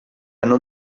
hanno